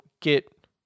get